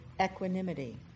equanimity